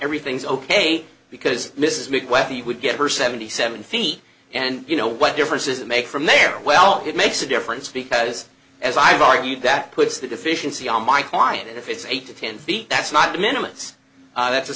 everything's ok because mrs smith whether you would get her seventy seven feet and you know what difference does it make from there well it makes a difference because as i have argued that puts the deficiency on my client if it's eight to ten feet that's not to minimize that's a